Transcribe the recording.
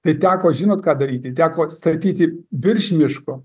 tai teko žinot ką daryti teko statyti virš miško